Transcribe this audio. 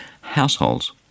households